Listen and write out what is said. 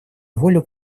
волю